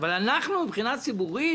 אבל, אנחנו, מבחינה ציבורית,